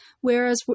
whereas